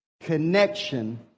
connection